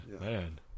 Man